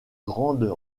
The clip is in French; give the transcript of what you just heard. grandes